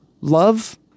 love